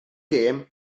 gêm